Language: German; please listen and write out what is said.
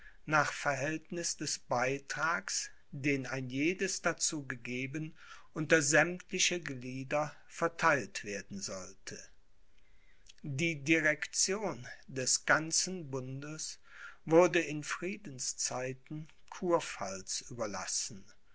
nach verhältniß des beitrags den ein jedes dazu gegeben unter sämmtliche glieder vertheilt werden sollte die direction des ganzen bundes wurde in friedenszeiten kurpfalz überlassen